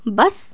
bus